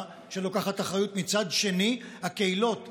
שלוקחת אחריות ומצד אחר הקהילות הערביות,